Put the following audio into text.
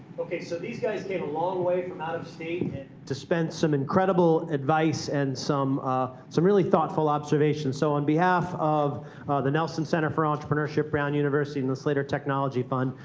ok, so these guys came a long way from out of state to spend some incredible advice and some ah some really thoughtful observations. so on behalf of the nelson center for entrepreneurship, brown university, and the slater technology fund,